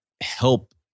help